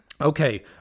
Okay